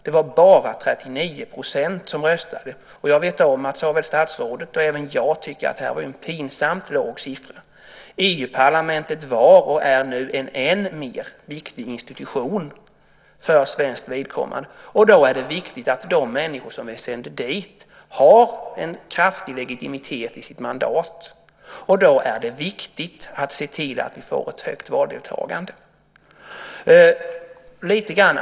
Det var bara 39 % som röstade. Jag vet att både statsrådet och jag tycker att det var en pinsamt låg siffra. EU-parlamentet var, och är nu, en än mer viktig institution för svenskt vidkommande. Det är viktigt att de människor som vi sänder dit har en kraftig legitimitet i sitt mandat, och då är det viktigt att vi får ett högt valdeltagande.